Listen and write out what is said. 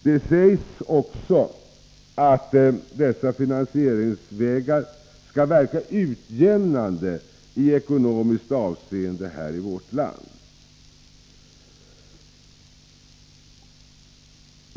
Det sägs också att dessa finansieringsvägar skall verka utjämnande i ekonomiskt avseende här i vårt land.